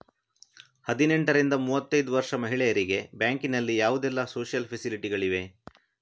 ಹದಿನೆಂಟರಿಂದ ಮೂವತ್ತೈದು ವರ್ಷ ಮಹಿಳೆಯರಿಗೆ ಬ್ಯಾಂಕಿನಲ್ಲಿ ಯಾವುದೆಲ್ಲ ಸೋಶಿಯಲ್ ಫೆಸಿಲಿಟಿ ಗಳಿವೆ?